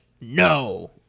no